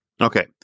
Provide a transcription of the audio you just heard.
Okay